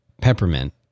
peppermint